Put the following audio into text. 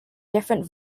different